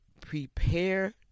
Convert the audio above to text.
prepare